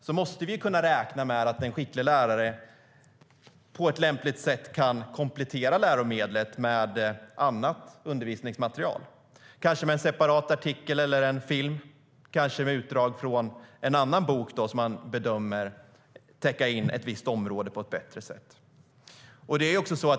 Vi måste kunna räkna med att en skicklig lärare då på ett lämpligt sätt kan komplettera läromedlet med annat undervisningsmaterial, kanske en separat artikel eller en film eller kanske ett utdrag från en annan bok som bedöms täcka in ett visst område på ett bättre sätt.